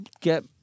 get